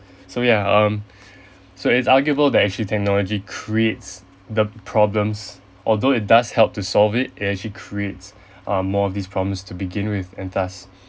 so yeah um so it's arguable that actually technology creates the problems although it does help to solve it it actually creates um more of these problems to begin with and thus